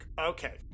Okay